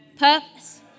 Purpose